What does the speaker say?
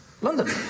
London